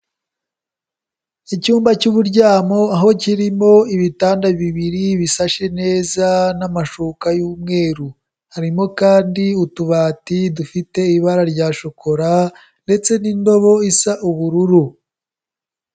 Icyumba cy'uburyamo, aho kirimo ibitanda bibiri bisashe neza n'amashuka y'umweru, harimo kandi utubati dufite ibara rya shokora ndetse n'indobo isa ubururu.